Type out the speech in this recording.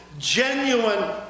genuine